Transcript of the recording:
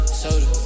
soda